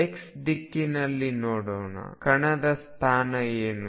x ದಿಕ್ಕಿನಲ್ಲಿ ನೋಡೋಣ ಕಣದ ಸ್ಥಾನ ಏನು